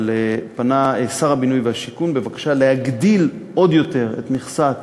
פנה שר הבינוי והשיכון בבקשה להגדיל עוד יותר את מכסת